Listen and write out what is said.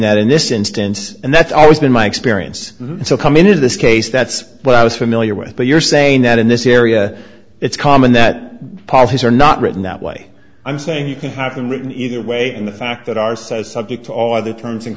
in this instance and that's always been my experience so come in is this case that's what i was familiar with but you're saying that in this area it's common that parties are not written that way i'm saying you can have been written either way and the fact that our says subject to all the terms and